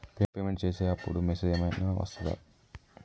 Payment చేసే అప్పుడు message ఏం ఐనా వస్తదా?